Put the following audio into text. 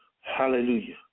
Hallelujah